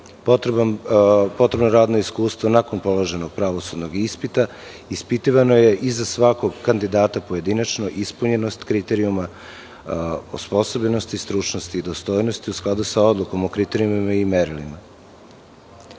potrebno radno iskustvo nakon položenog pravosudnog ispita. Ispitivano je i za svakog kandidata pojedinačno i ispunjenost kriterijuma, osposobljenosti stručnosti i dostojnosti u skladu sa odlukom o kriterijumima i merilima. Ukoliko